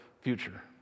future